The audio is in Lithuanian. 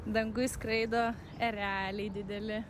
danguj skraido ereliai dideli